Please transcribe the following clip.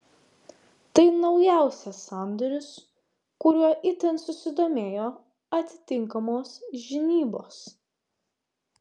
tai naujausias sandoris kuriuo itin susidomėjo atitinkamos žinybos